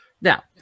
Now